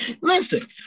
Listen